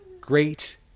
Great